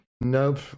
Nope